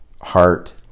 heart